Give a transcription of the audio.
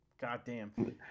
Goddamn